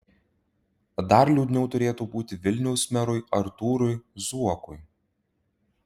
dar liūdniau turėtų būti vilniaus merui artūrui zuokui